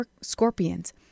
scorpions